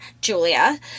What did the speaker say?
Julia